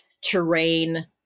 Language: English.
terrain